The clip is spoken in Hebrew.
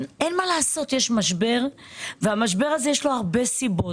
אין מה לעשות, יש משבר, שיש לו הרבה סיבות.